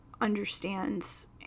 understands